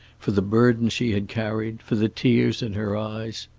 for the burden she had carried, for the tears in her eyes.